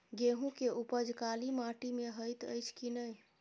गेंहूँ केँ उपज काली माटि मे हएत अछि की नै?